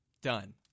Done